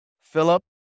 Philip